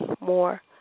more